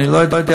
אני לא יודע,